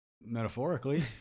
Metaphorically